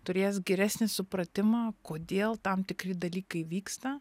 turės geresnį supratimą kodėl tam tikri dalykai vyksta